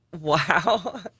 Wow